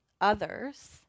others